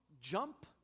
jump